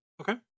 Okay